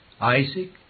Isaac